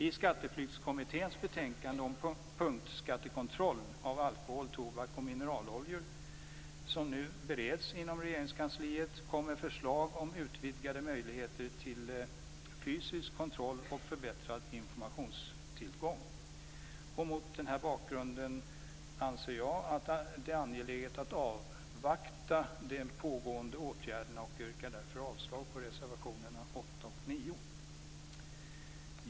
I Skatteflyktskommitténs betänkande Punktskattekontroll av alkohol, tobak och mineraloljor som nu bereds inom Regeringskansliet kommer förslag om utvidgade möjligheter till fysisk kontroll och förbättrad informationstillgång. Mot den här bakgrunden anser jag att det är angeläget att avvakta de pågående åtgärderna, och jag yrkar därför avslag på reservationerna 8 och 9. Fru talman!